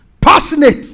Passionate